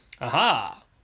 Aha